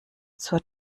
zur